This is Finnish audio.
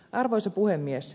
arvoisa puhemies